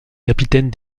capitaine